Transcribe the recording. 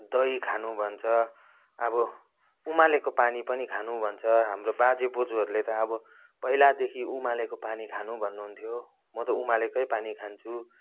दही खानु भन्छ अब उमालेको पानी पनि खानु भन्छ हाम्रो बाजे बज्यूहरूले त अब पहिलादेखि उमालेको पानी खानु भन्नुहुन्थ्यो म त उमालेकै पानी खान्छु